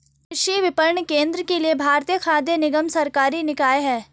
कृषि विपणन के लिए भारतीय खाद्य निगम सरकारी निकाय है